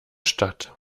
stadt